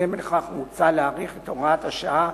בהתאם לכך מוצע להאריך את הוראת השעה